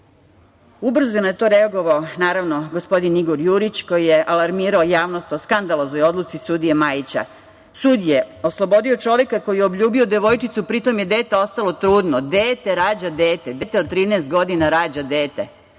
Ubrzo je na to reagovao, naravno, gospodin Igor Jurić, koji je alarmirao javnost o skandaloznoj odluci sudije Majića. Sud je oslobodio čoveka koji je obljubio devojčicu, pri tom je dete ostalo trudno. Dete rađa dete, dete od 13 godina rađa dete.